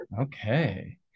Okay